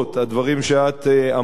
הדברים שאת אמרת.